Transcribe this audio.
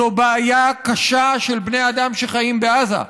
זו בעיה קשה של בני אדם שחיים בעזה.